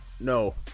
no